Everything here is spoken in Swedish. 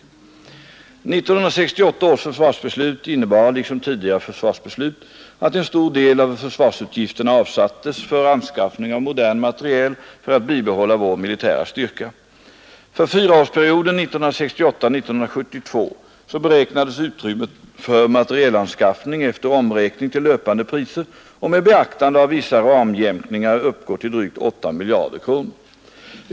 1968 års försvarsbeslut innebar — liksom tidigare försvarsbeslut — att en stor del av försvarsutgifterna avsattes för anskaffning av modernt materiel för att bibehålla vår militära styrka. För fyraårsperioden 1968-1972 beräknades utrymmet för materielanskaffning efter omräkning till löpande priser och med beaktande av vissa ramjämkningar uppgå till drygt 8 miljarder kronor.